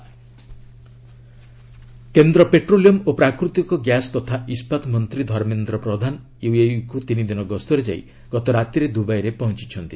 UAE Dharmendra Pradhan କେନ୍ଦ୍ର petroleum ଓ ପ୍ରାକୃତିକ ଗ୍ୟାସ୍ ତଥା ଇସ୍କାତମନ୍ତ୍ରୀ ଧର୍ମେନ୍ଦ୍ର ପ୍ରଧାନ ୟୁଏଇକୁ ତିନିଦିନ ଗସ୍ତରେ ଯାଇ ଗତ ରାତିରେ ଦୁବାଇରେ ପହଞ୍ଚୁଛନ୍ତି